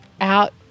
out